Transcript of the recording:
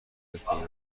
ایران